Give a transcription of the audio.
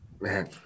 man